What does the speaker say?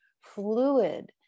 fluid